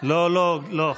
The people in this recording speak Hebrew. לא לא לא,